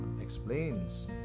explains